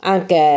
Anche